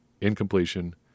incompletion